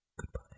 Goodbye